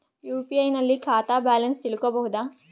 UPI ನಲ್ಲಿ ಖಾತಾ balance ತಿಳಕೊ ಬಹುದಾ?